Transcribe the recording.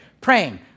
praying